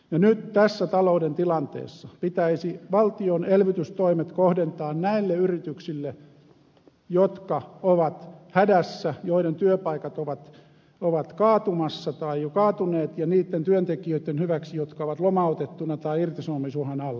nyt tässä talouden tilanteessa pitäisi valtion elvytystoimet kohdentaa näille yrityksille jotka ovat hädässä ja joiden työpaikat ovat kaatumassa tai jo kaatuneet ja niitten työntekijöitten hyväksi jotka ovat lomautettuina tai irtisanomisuhan alla